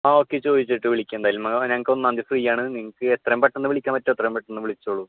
ആ ഓക്കെ ചോദിച്ചിട്ട് വിളിക്ക് എന്തായാലും ഞങ്ങൾക്ക് ഒന്നാം തീയതി ഫ്രീ ആണ് നിങ്ങൾക്ക് എത്രയും പെട്ടെന്ന് വിളിക്കാൻ പറ്റുമോ അത്രയും പെട്ടെന്ന് വിളിച്ചോളൂ